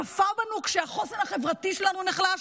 צפה בנו כשהחוסן החברתי שלנו נחלש,